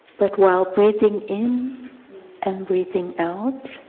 but while breathing in and breathing out,